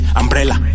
umbrella